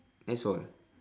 that's all